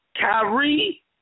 Kyrie